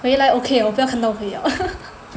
回来 ok 我不要看到可以 liao